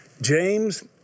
James